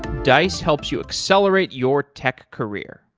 dice helps you accelerate your tech career.